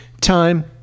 Time